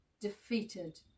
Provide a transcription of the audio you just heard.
defeated